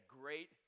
great